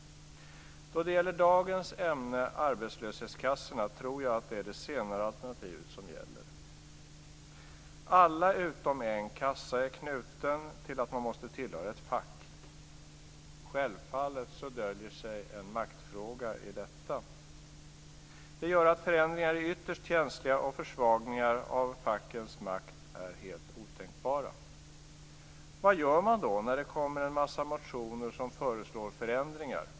Då det gäller dagens ämne arbetslöshetskassorna tror jag att det är det senare alternativet som gäller. Alla utom en kassa är knuten till att man måste tillhöra ett fack. Självfallet döljer sig en maktfråga i detta. Det gör att förändringar är ytterst känsliga, och försvagningar av fackens makt är helt otänkbara. Vad gör man då när det kommer en massa motioner som föreslår förändringar?